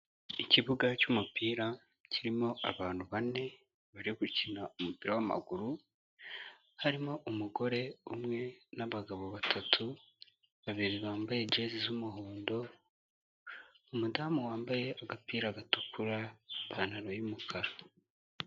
Ikibuga cy'umupira kirimo abantu bane bari gukina umupira w'amaguru, harimo umugore umwe n'abagabo batatu, babiri bambaye jezi z'umuhondo, umudamu wambaye agapira gatukura, ipantaro y'umukara.